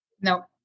No